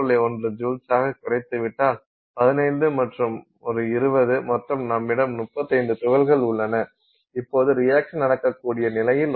1 ஜூல்ஸாகக் குறைத்துவிட்டால் 15 மற்றும் ஒரு 20 மொத்தம் நம்மிடம் 35 துகள்கள் உள்ளன இப்போது ரியாக்சன் நடக்கூடிய நிலையில் உள்ளன